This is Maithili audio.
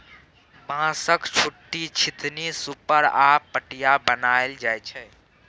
बाँसक, छीट्टा, छितनी, सुप आ पटिया बनाएल जाइ छै